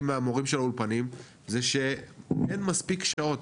מהמורים של האולפנים זה שאין מספיק שעות,